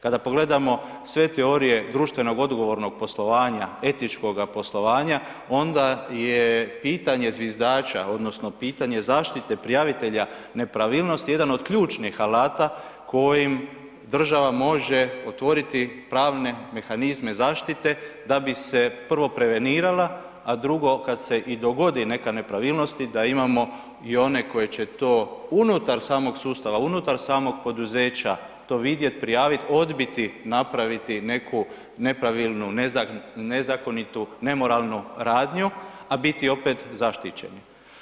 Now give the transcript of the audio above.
Kada pogledamo sve teorije društveno odgovornog poslovanja, etičkoga poslovanja, onda je pitanje zviždača, odnosno pitanje zaštite prijavitelja nepravilnosti jedan od ključnih alata kojim država može otvoriti pravne mehanizme zaštite da bi se, prvo prevenirala, a drugo, kad se i dogodi neka nepravilnosti, da imamo i one koji će to unutar samog sustava, unutar samog poduzeća to vidjeti, prijaviti, odbiti napraviti neku nepravilnu, nezakonitu, nemoralnu radnju, a biti opet zaštićeni.